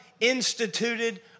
instituted